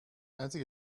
einzige